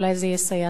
אולי זה יסייע.